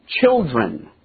children